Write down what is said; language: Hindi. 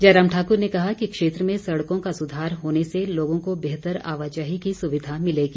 जयराम ठाकुर ने कहा कि क्षेत्र में सड़कों का सुधार होने से लोगों को बेहतर आवाजाही की सुविधा मिलेगी